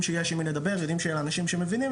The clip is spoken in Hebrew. שיש עם מי לדבר ויודעים שאלה אנשים שמבינים,